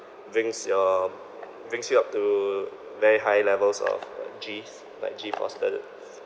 brings your brings you up to very high levels of uh Gs like G force like that